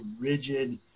rigid